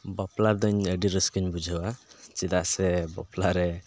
ᱵᱟᱯᱞᱟ ᱫᱚ ᱤᱧᱫᱚ ᱟᱹᱰᱤ ᱨᱟᱹᱥᱠᱟᱹᱧ ᱵᱩᱡᱷᱟᱹᱣᱟ ᱪᱮᱫᱟᱜ ᱥᱮ ᱵᱟᱯᱞᱟ ᱨᱮ